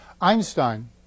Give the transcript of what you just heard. Einstein